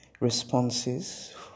responses